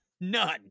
none